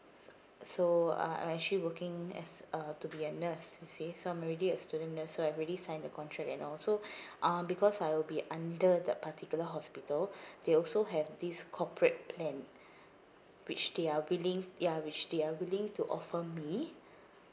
so ah I'm actually working as a to be a nurse you see so I'm already a student nurse so I've already signed the contract and all so um because I'll be under the particular hospital they also have this corporate plan which they are willing ya which they are willing to offer me